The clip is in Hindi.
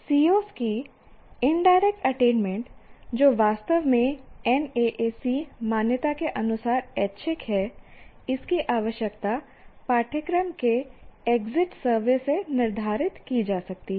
COs की इनडायरेक्ट अटेनमेंट जो वास्तव में NAAC मान्यता के अनुसार ऐच्छिक है इसकी आवश्यकता पाठ्यक्रम के एग्जिट सर्वे से निर्धारित की जा सकती है